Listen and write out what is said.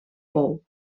pou